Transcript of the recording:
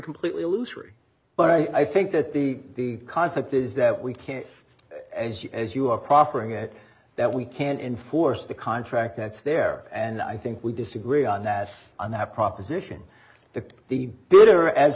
completely illusory but i think that the concept is that we can't as you as you are proffering it that we can't enforce the contract that's there and i think we disagree on that on that proposition that the bitter as